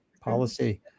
policy